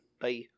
Bye